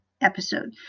episode